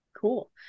cool